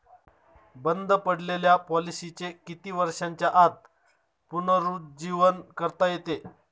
बंद पडलेल्या पॉलिसीचे किती वर्षांच्या आत पुनरुज्जीवन करता येते?